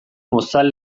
mozal